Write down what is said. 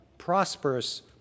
prosperous